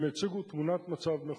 הם הציגו תמונת מצב נכונה.